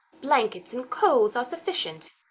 blankets and coals are sufficient.